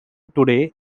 today